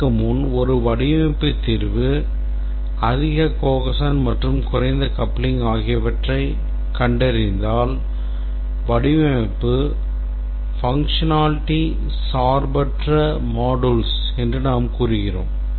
இதற்கு முன் ஒரு வடிவமைப்பு தீர்வு அதிக cohesion மற்றும் குறைந்த coupling ஆகியவற்றைக் கண்டறிந்தால் வடிவமைப்பு functionally சார்பற்ற modules என்று நாம் கூறுகிறோம்